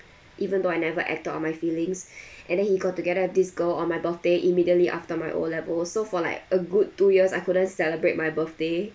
even though I never acted on my feelings and then he got together with this girl on my birthday immediately after my O levels so for like a good two years I couldn't celebrate my birthday